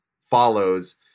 follows